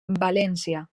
valència